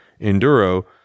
enduro